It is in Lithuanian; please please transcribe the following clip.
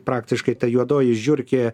praktiškai ta juodoji žiurkė